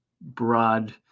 broad